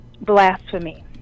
blasphemy